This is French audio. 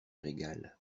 régale